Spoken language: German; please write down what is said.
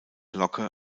locke